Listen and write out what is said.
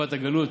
תקופת הגלות,